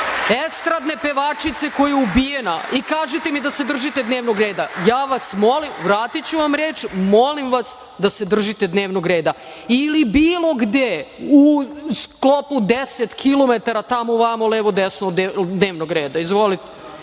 estradne pevačice koja je ubijena i kažete mi da se držite dnevnog reda. Vratiću vam reč, ali molim vas da se držite dnevnog reda ili bilo gde u sklopu 10 kilometara, tamo, vamo, levo, desno, od dnevnog reda. Izvolite.